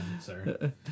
sir